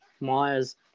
Myers